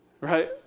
right